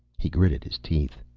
he gritted his teeth